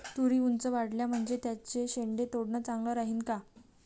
तुरी ऊंच वाढल्या म्हनजे त्याचे शेंडे तोडनं चांगलं राहीन का?